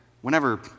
whenever